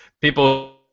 people